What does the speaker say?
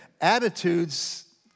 Attitudes